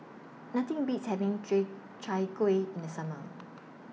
Nothing Beats having J Chai Kueh in The Summer